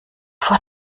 vor